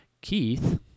Keith